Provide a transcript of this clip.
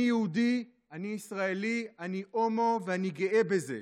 אני יהודי, אני ישראלי, אני הומו ואני גאה בזה.